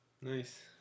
Nice